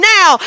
Now